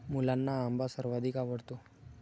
मुलांना आंबा सर्वाधिक आवडतो